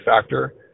factor